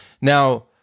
Now